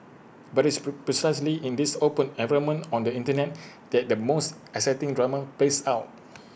but IT is pre precisely in this open environment on the Internet that the most exciting drama plays out